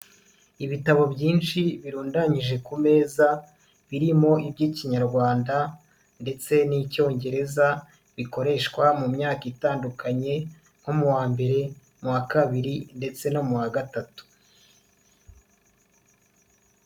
Ibitabo byinshi birundanyije ku meza, birimo iby'Ikinyarwanda ndetse n'Icyongereza bikoreshwa mu myaka itandukanye nko: mu wa mbere, mu wa kabiri ndetse no mu wa gatatu.